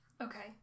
Okay